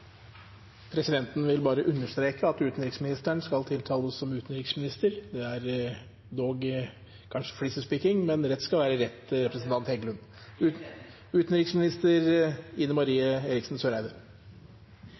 Presidenten vil bare understreke at utenriksministeren skal tiltales som utenriksminister. Det er kanskje flisespikking, men rett skal være rett. Jeg skal nok finne rom i mitt hjerte til å tilgi representanten Heggelund